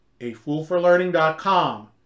afoolforlearning.com